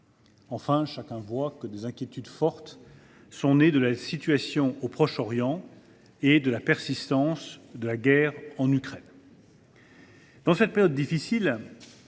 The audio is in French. prix. Chacun voit que des inquiétudes fortes sont nées de la situation au Proche Orient et de la persistance de la guerre en Ukraine. Dans cette période difficile,